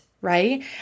Right